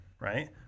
Right